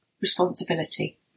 Responsibility